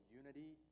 unity